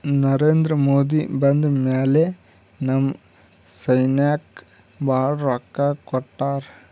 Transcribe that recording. ನರೇಂದ್ರ ಮೋದಿ ಬಂದ್ ಮ್ಯಾಲ ನಮ್ ಸೈನ್ಯಾಕ್ ಭಾಳ ರೊಕ್ಕಾ ಕೊಟ್ಟಾರ